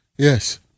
Yes